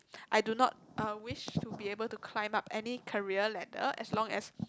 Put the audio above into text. I do not uh wish to be able to climb up any career ladder as long as